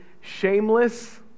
shameless